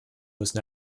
müssen